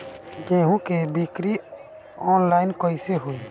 गेहूं के बिक्री आनलाइन कइसे होई?